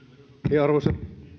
arvoisa